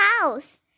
house